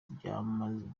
byimazeyo